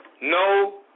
no